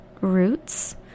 roots